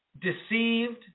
deceived